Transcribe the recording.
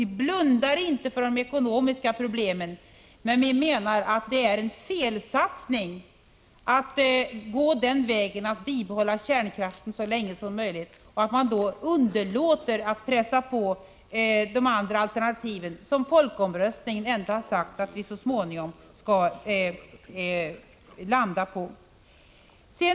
Vi blundar inte för de ekonomiska problemen, men vi menar att det är en felsatsning att bibehålla kärnkraften så länge som möjligt och att man då underlåter att pressa på de andra alternativen, som folkomröstningen ändå har sagt att vi så småningom skall landa på.